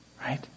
Right